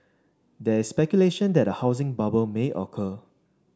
there is speculation that a housing bubble may occur